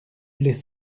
les